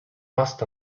must